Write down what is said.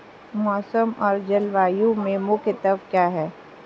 मौसम और जलवायु के मुख्य तत्व क्या हैं?